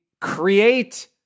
create